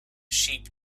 sheep